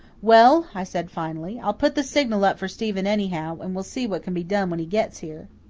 well, i said finally, i'll put the signal up for stephen anyhow, and we'll see what can be done when he gets here.